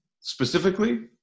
specifically